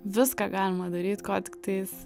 viską galima daryt ko tiktais